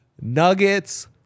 nuggets